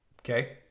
Okay